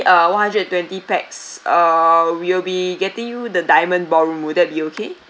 uh one hundred and twenty pax uh we will be getting you the diamond ballroom will that be okay